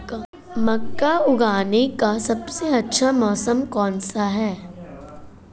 मक्का उगाने का सबसे अच्छा मौसम कौनसा है?